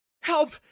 Help